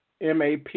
map